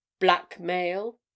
blackmail